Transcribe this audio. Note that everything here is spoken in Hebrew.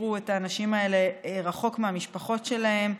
את האנשים האלה רחוק מהמשפחות שלהם,